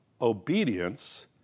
obedience